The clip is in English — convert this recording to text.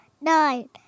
nine